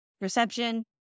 reception